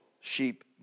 sheep